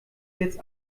jetzt